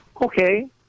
Okay